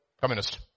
communist